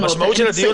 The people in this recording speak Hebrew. הסעיף של מניעת כניסה,